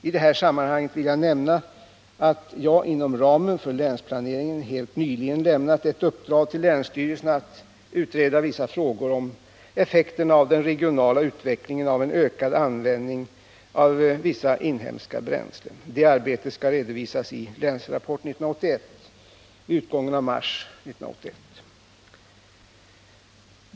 I sammanhanget vill jag nämna att jag inom ramen för länsplaneringen helt nyligen lämnat ett uppdrag till länsstyrelserna att utreda vissa frågor av effekterna av den regionala utvecklingen av en ökad användning av vissa inhemska bränslen. Det arbetet skall redovisas i Länsrapport 1981 vid utgången av mars samma år.